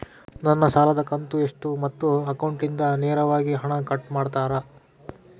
ನನ್ನ ಸಾಲದ ಕಂತು ಎಷ್ಟು ಮತ್ತು ಅಕೌಂಟಿಂದ ನೇರವಾಗಿ ಹಣ ಕಟ್ ಮಾಡ್ತಿರಾ?